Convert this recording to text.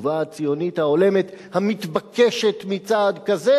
התשובה הציונית ההולמת המתבקשת מצעד כזה?